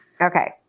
okay